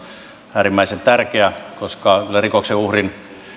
äärimmäisen tärkeä koska minusta rikoksen uhrin